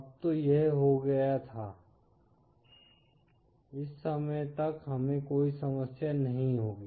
अब तो यह हो गया था कि इस समय तक हमें कोई समस्या नहीं होगी